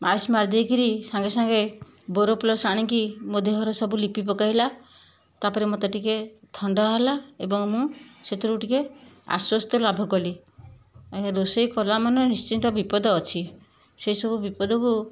ice ମାରି ଦେଇକରି ସାଙ୍ଗେ ସାଙ୍ଗେ ବୋରୋପ୍ଲସ୍ ଆଣିକି ମୋ ଦେହରେ ସବୁ ଲିପି ପକାଇଲା ତା'ପରେ ମୋତେ ଟିକେ ଥଣ୍ଡା ହେଲା ଏବଂ ମୁଁ ସେଥିରୁ ଟିକେ ଆଶ୍ଵସ୍ତ ଲାଭ କଲି ଆଜ୍ଞା ରୋଷେଇ କଲା ମାନେ ନିଶ୍ଚିନ୍ତ ବିପଦ ଅଛି ସେ ସବୁ ବିପଦକୁ